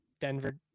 Denver